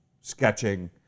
sketching